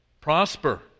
Prosper